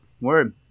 word